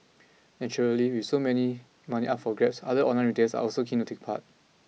naturally with so many money up for grabs other online retailers are also keen to take part